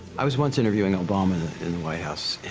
i was once interviewing obama in the white house, and.